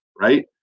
right